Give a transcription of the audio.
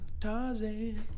Tarzan